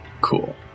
Cool